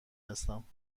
هستم